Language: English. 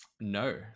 No